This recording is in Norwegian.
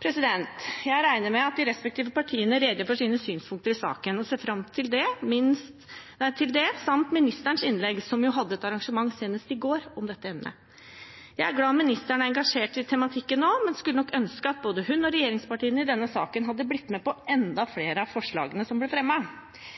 Jeg regner med at de respektive partiene redegjør for sine synspunkter i saken og ser fram til det samt innlegget til ministeren, som jo hadde et arrangement senest i går om dette emnet. Jeg er glad ministeren er engasjert i tematikken nå, men skulle nok ønske at både hun og regjeringspartiene hadde blitt med på enda flere av forslagene som